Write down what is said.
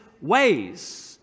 ways